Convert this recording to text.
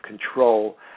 control